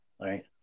right